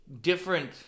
different